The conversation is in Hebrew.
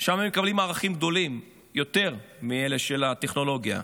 שם הם מקבלים ערכים גדולים יותר מאלה של הטכנולוגיה.